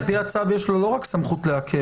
על פי הצו יש לו לא רק סמכות לעכב,